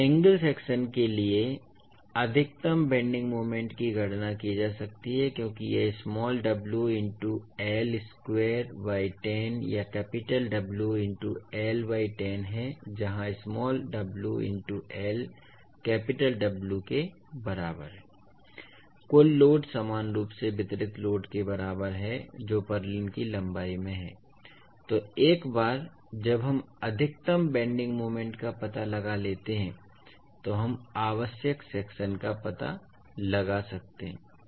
इसलिए angle section के लिए अधिकतम बेन्डिंग मोमेंट की गणना की जा सकती है क्योंकि यह small w into L square by 10 या capital W into L by 10 है जहां small w into L capital W के बराबर है कुल लोड समान रूप से वितरित लोड के बराबर है जो पुर्लिन्स की लंबाई में है इसलिए एक बार जब हम अधिकतम बेन्डिंग मोमेंट का पता लगा लेते हैं तो हम आवश्यक सेक्शन का पता लगा सकते हैं